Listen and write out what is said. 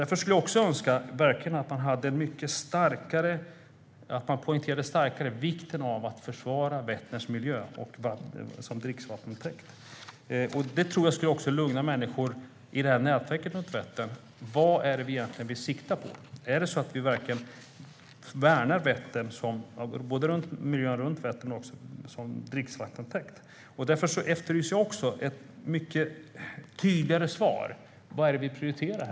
Därför önskar jag att man mycket starkare poängterar vikten av att försvara Vätterns miljö och Vättern som dricksvattentäkt. Det skulle också lugna människor i nätverket kring Vättern. Vad siktar vi egentligen mot? Värnar vi verkligen miljön kring Vättern och Vättern som dricksvattentäkt? Därför efterlyser jag också ett mycket tydligare svar på frågan: Vad är det som vi prioriterar?